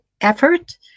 effort